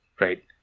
right